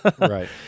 Right